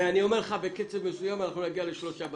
אני אומר לך שבקצב מסוים אנחנו נגיע לשלושה בתים.